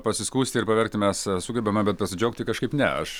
pasiskųsti ir paverkti mes sugebame bet pasidžiaugti kažkaip ne aš